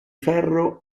ferro